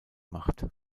macht